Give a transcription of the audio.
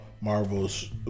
Marvel's